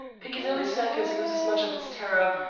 piccadilly circus loses much of its terror,